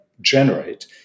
generate